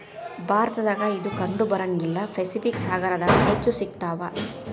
ಭಾರತದಾಗ ಇದು ಕಂಡಬರಂಗಿಲ್ಲಾ ಪೆಸಿಫಿಕ್ ಸಾಗರದಾಗ ಹೆಚ್ಚ ಸಿಗತಾವ